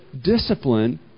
discipline